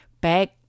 back